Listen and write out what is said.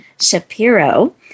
Shapiro